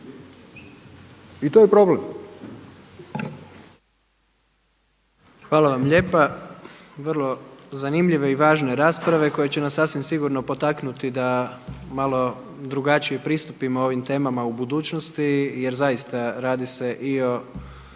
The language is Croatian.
čemu je problem.